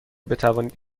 بتوانید